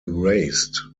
raced